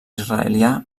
israelià